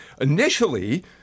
initially